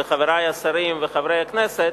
חברי השרים וחברי הכנסת,